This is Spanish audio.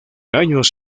años